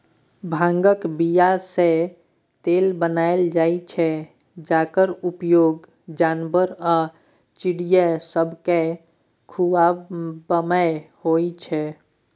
भांगक बीयासँ तेल बनाएल जाइ छै जकर उपयोग जानबर आ चिड़ैं सबकेँ खुआबैमे होइ छै